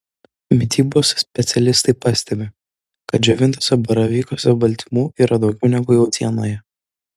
mitybos specialistai pastebi kad džiovintuose baravykuose baltymų yra daugiau negu jautienoje